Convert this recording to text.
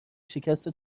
شکستشو